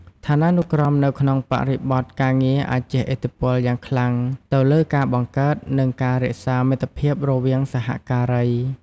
ឋានានុក្រមនៅក្នុងបរិបទការងារអាចជះឥទ្ធិពលយ៉ាងខ្លាំងទៅលើការបង្កើត និងការរក្សាមិត្តភាពរវាងសហការី។